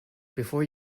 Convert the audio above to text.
before